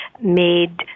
made